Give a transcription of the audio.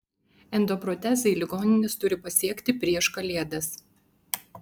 endoprotezai ligonines turi pasiekti prieš kalėdas